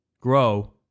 grow